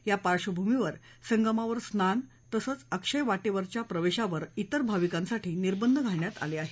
या पार्श्वभूमीवर संगमावर स्नान तसंच अक्षय वाटेकरच्या प्रवेशावर तेर भाविकांसाठी निर्बंध घालण्यात आले आहेत